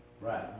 Right